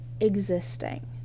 existing